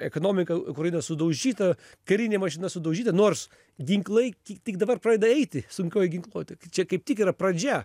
ekonomika ukrainos sudaužyta karinė mašina sudaužyta nors ginklai tik tik dabar pradeda eiti sunkioji ginkluotė čia kaip tik yra pradžia